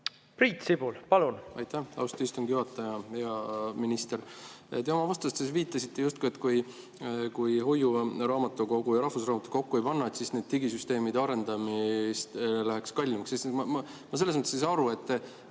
Priit Sibul, palun!